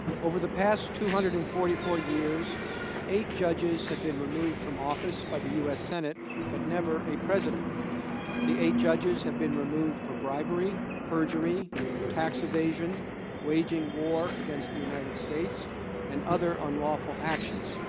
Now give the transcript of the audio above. over the past two hundred and forty four years eight judges have been removed from office by the u s. senate but never a president the eight judges have been removed for bribery perjury tax evasion waging war against united states and other unlawful actions,